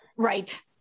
Right